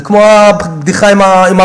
זה כמו הבדיחה עם הרב,